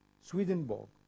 Swedenborg